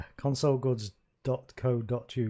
consolegoods.co.uk